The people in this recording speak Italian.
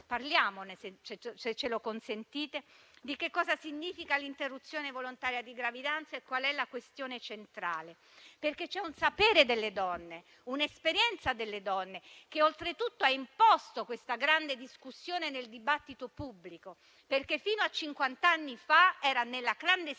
Parliamo, se ce lo consentite, di che cosa significa l'interruzione volontaria di gravidanza e di qual è la questione centrale. Perché c'è un sapere delle donne, un'esperienza delle donne che oltretutto ha imposto questa grande discussione nel dibattito pubblico, perché fino a cinquant'anni fa era nella clandestinità